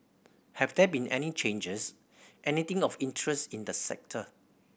have there been any changes anything of interest in the sector